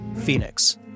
Phoenix